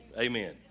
Amen